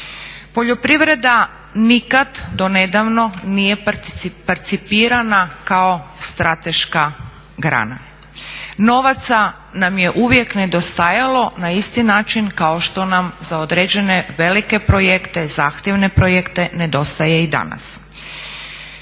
Poljoprivreda nikad donedavno nije percipirana kao strateška grana. Novac nam je uvijek nedostajalo na isti način kao što nam za određene velike projekte, zahtjevne projekte nedostaje i danas.